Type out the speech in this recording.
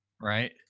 right